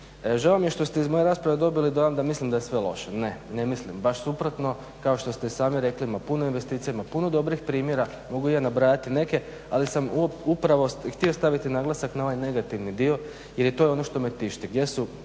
Žao mi je što ste iz moje rasprave dobili dojam da mislim da je sve loše. Ne, ne mislim. Baš suprotno, kao što ste i sami rekli ima puno investicija, ima puno dobrih primjera mogu i ja nabrajati neke ali sam upravo htio staviti naglasak na ovaj negativni dio jer to je ono što me tišti.